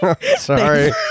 Sorry